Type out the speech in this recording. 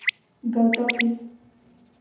ᱜᱟᱶᱛᱟ ᱚᱯᱷᱤᱥ